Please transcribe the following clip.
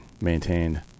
maintained